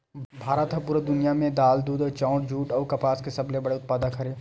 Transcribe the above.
भारत हा पूरा दुनिया में दाल, दूध, चाउर, जुट अउ कपास के सबसे बड़े उत्पादक हरे